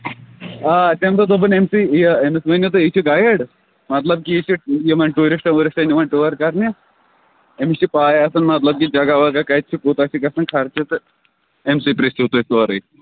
آ تیٚم دوٚپ دسوٚن أمسی یہِ أمِس ؤنِو تُہۍ یہِ چھُ گایڈ مطلب کہِ یہِ چھُ یِمن توٗرسٹن وٗرسٹن نِوان ٹوٗر کرنہِ أمِس چھِ پَے آسان مطلب کہِ جگہ وگہ کتہِ چھُ کوٗتاہ چھُ گَژھان خرچہٕ تہٕ ایٚمسٕے پرژھو تُہۍ سورٕے